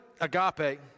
agape